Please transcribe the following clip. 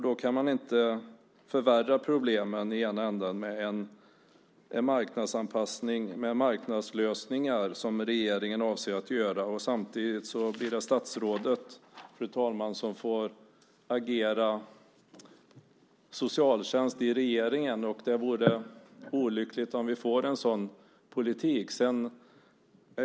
Då kan man inte förvärra problemen i den ena ändan med en marknadsanpassning och marknadslösningar, som regeringen avser att göra. Samtidigt, fru talman, blir det statsrådet som får agera socialtjänst i regeringen. Det vore olyckligt om vi fick en sådan politik.